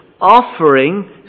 offering